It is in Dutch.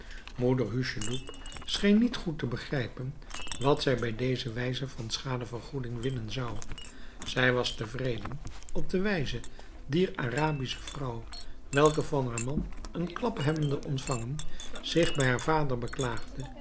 moeder hucheloup scheen niet goed te begrijpen wat zij bij deze wijze van schadevergoeding winnen zou zij was tevreden op de wijze dier arabische vrouw welke van haar man een klap hebbende ontvangen zich bij haar vader